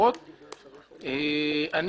אני